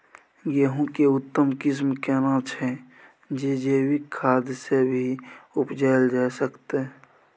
गेहूं के उत्तम किस्म केना छैय जे जैविक खाद से भी उपजायल जा सकते?